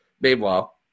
Meanwhile